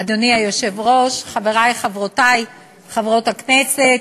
אדוני היושב-ראש, חברי וחברותי חברות הכנסת,